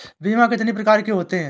बीमा कितनी प्रकार के होते हैं?